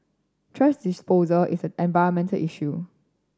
thrash disposal is an environmental issue